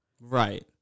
Right